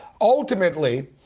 ultimately